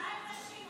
מה עם נשים?